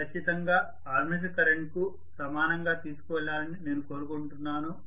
అవి ఖచ్చితంగా armature current కు సమానంగా తీసుకువెళ్లాలని నేను కోరుకుంటున్నాను